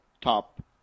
top